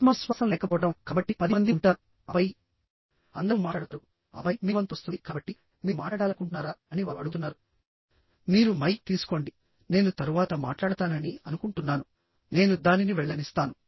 ఆత్మవిశ్వాసం లేకపోవడం కాబట్టి పది మంది ఉంటారు ఆపై అందరూ మాట్లాడతారుఆపై మీ వంతు వస్తుంది కాబట్టి మీరు మాట్లాడాలనుకుంటున్నారా అని వారు అడుగుతున్నారు మీరు మైక్ తీసుకోండి నేను తరువాత మాట్లాడతానని అనుకుంటున్నాను నేను దానిని వెళ్లనిస్తాను